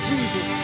Jesus